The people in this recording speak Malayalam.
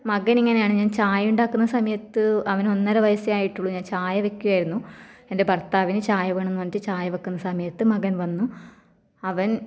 മകൻ ഇങ്ങനെയാണ് ഞാൻ ചായ ഉണ്ടാക്കുന്ന സമയത്ത് അവന് ഒന്നര വയസ്സേ ആയിട്ടുള്ളു ഞാൻ ചായ വയ്ക്കുകയായിരുന്നു എൻ്റെ ഭർത്താവിന് ചായ വേണം എന്ന് പറഞ്ഞിട്ട് ചായ വയ്ക്കുന്ന സമയത്ത് മകൻ വന്നു അവൻ